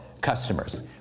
customers